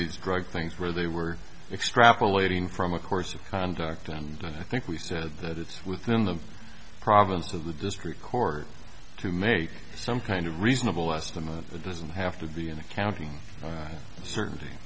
these drug things where they were extrapolating from a course of conduct and i think we said that it's within the province of the district court to make some kind of reasonable estimate of the doesn't have to be an accounting certainty